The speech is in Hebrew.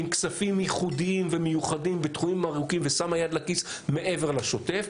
עם כספים ייחודיים ומיוחדים בתחומים ארוכים ושמה יד לכיס מעבר לשוטף,